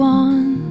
one